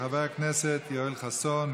של חברי הכנסת יואל חסון,